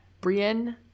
Brienne